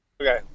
Okay